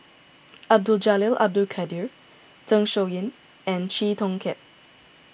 Abdul Jalil Abdul Kadir Zeng Shouyin and Chee Kong Tet